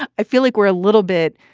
i feel like we're a little bit.